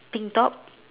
pink top